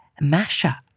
Masha